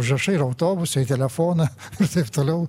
užrašai ir autobuse į telefoną ir taip toliau